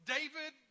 David